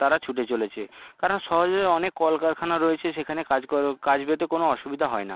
তারা ছুটে চলেছে কারণ শহরে অনেক কলকারখানা রয়েছে সেখানে কাজ কর কাজ পেতে কোনো অসুবিধা হয় না